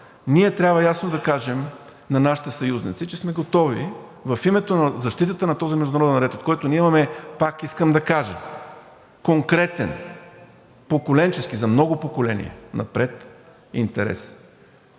Ние трябва ясно да кажем на нашите съюзници, че сме готови в името на защитата на този международен ред, от който ние имаме, пак искам да кажа, конкретен поколенчески, за много поколения напред, интерес.